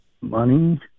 money